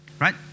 Right